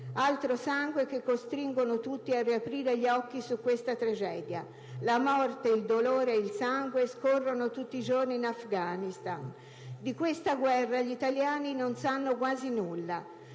altro sangue che costringono tutti a riaprire gli occhi su questa tragedia. La morte, il dolore e il sangue scorrono tutti i giorni in Afghanistan (...). Di questa guerra gli italiani non sanno quasi nulla.